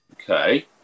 okay